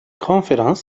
konferans